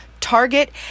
Target